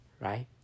right